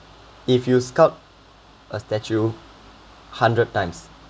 if you sculpt a statue hundred times